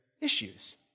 issues